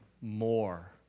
more